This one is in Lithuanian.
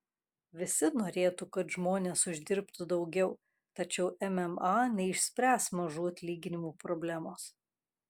visi norėtų kad žmonės uždirbtų daugiau tačiau mma neišspręs mažų atlyginimų problemos